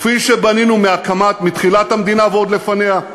כפי שבנינו מאז תחילת המדינה ועוד לפניה,